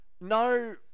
no